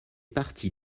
partie